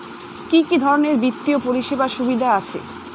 কি কি ধরনের বিত্তীয় পরিষেবার সুবিধা আছে?